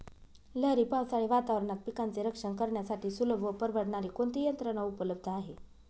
लहरी पावसाळी वातावरणात पिकांचे रक्षण करण्यासाठी सुलभ व परवडणारी कोणती यंत्रणा उपलब्ध आहे?